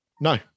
no